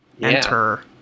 Enter